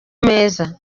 meza